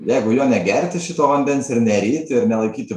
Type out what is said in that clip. jeigu jo negerti šito vandens ir neryti ir nelaikyti